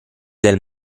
del